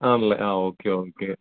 ആണല്ലേ ആ okay okay